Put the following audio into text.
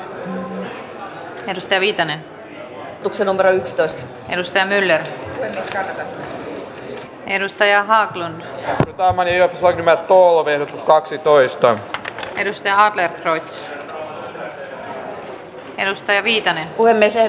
tehtiin seuraavat pääluokkaa koskevat hyväksytyn menettelytavan mukaisesti keskuskansliaan kirjallisina jätetyt edustajille monistettuina ja numeroituina jaetut ehdotukset